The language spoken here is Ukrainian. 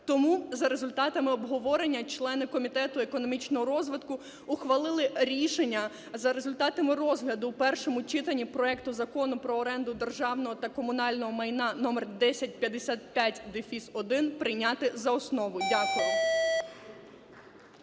Тому за результатами обговорення члени Комітету економічного розвитку ухвалили рішення за результатами розгляду у першому читанні проекту Закону про оренду державного та комунального майна (№ 1055-1) прийняти за основу. Дякую.